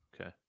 Okay